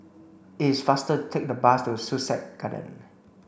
it's faster take the bus to Sussex Garden